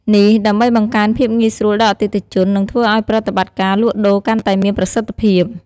នេះដើម្បីបង្កើនភាពងាយស្រួលដល់អតិថិជន និងធ្វើឱ្យប្រតិបត្តិការលក់ដូរកាន់តែមានប្រសិទ្ធភាព។